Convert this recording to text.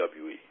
WWE